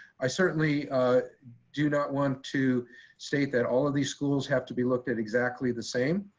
i certainly do not want to state that all of these schools have to be looked at exactly the same.